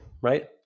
right